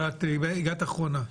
הגעת אחרונה.